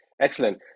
Excellent